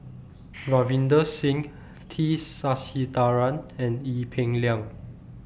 Ravinder Singh T Sasitharan and Ee Peng Liang